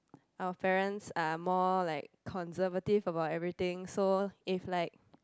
our parents are more like conservative about everything so if like